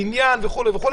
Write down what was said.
בניין וכו' וכו',